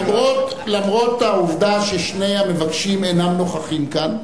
למרות העובדה ששני המבקשים אינם נוכחים כאן,